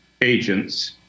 agents